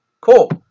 Cool